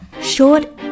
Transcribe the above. short